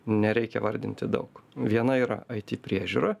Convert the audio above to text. nereikia vardinti daug viena yra aiti priežiūra